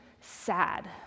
sad